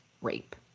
rape